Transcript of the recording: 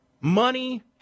money